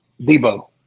Debo